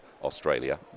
australia